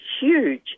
huge